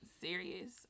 serious